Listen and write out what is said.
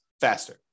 faster